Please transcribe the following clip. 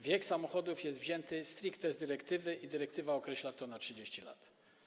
Wiek samochodów jest wzięty stricte z dyrektywy i dyrektywa określa to na 30 lat.